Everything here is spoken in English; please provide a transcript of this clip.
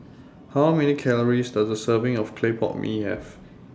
How Many Calories Does A Serving of Clay Pot Mee Have